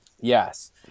yes